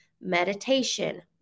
meditation